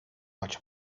much